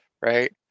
right